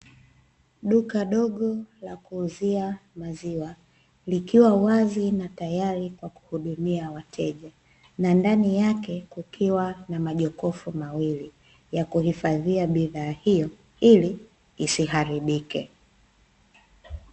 Duka dogo la kuuzia maziwa likiwa wazi na tayari kwa kuhudumia wateja, na ndani yake kukiwa na majokofu mawili ya kuhifadhia bidhaa hiyo ili isiharibike.